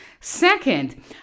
Second